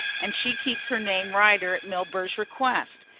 and she keeps her name rider at milburgh's request.